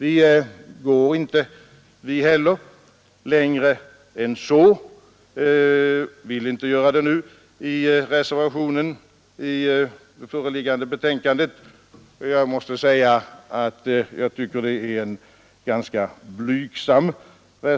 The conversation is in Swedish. Inte heller vi går längre i den reservation som fogats till det föreliggande betänkandet. Denna reservation är ganska blygsam.